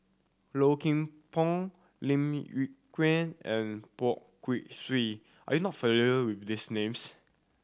Low Kim Pong Lim Yew Kuan and Poh Kay Swee are you not with these names